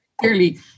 clearly